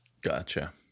gotcha